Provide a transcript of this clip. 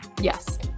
Yes